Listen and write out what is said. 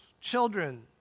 children